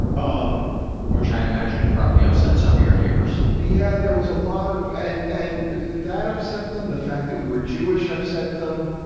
um which i imagine probably upset some of your neighbors. yeah, there was a lot of and, and that upset them. the fact that we were jewish upset them.